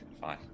Fine